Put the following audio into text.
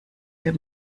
für